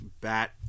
bat